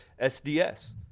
SDS